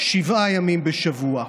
שבעה ימים בשבוע.